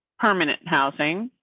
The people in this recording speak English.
permanent housing,